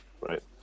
right